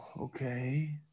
Okay